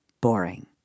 boring